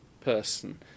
person